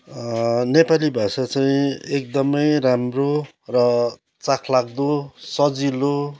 नेपाली भाषा चाहिँ एकदमै राम्रो र चाखलाग्दो र सजिलो